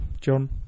John